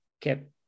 kept